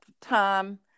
time